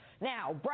Now